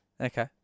Okay